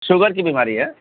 sugar کی بیماری ہے